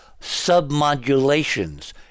submodulations